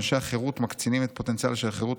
אנשי החירות מקצינים את הפוטנציאל של החירות